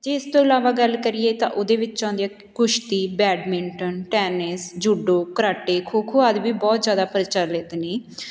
ਜੇ ਇਸ ਤੋਂ ਇਲਾਵਾ ਗੱਲ ਕਰੀਏ ਤਾਂ ਉਹਦੇ ਵਿੱਚ ਆਉਂਦੀ ਆ ਕੁਸ਼ਤੀ badminton tennis judo karate kho kho ਆਦਿ ਵੀ ਬਹੁਤ ਜ਼ਿਆਦਾ ਪ੍ਰਚਲਿਤ ਨੇ